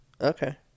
Okay